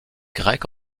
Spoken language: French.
grec